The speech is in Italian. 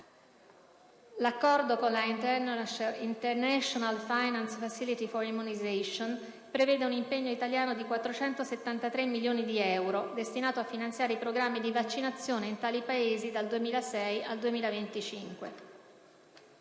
L'accordo con la «*International Finance Facility for Immunization*» prevede un impegno italiano di 473 milioni di euro, destinato a finanziare i programmi di vaccinazione in tali Paesi dal 2006 al 2025.